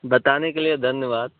बताने के लिए धन्यवाद